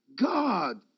God